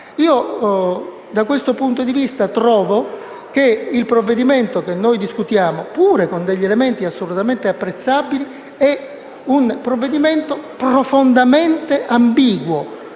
Da questo punto di vista, trovo che il provvedimento che noi discutiamo, pur con degli elementi assolutamente apprezzabili, sia profondamente ambiguo,